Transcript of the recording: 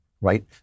right